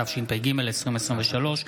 התשפ"ג 2023,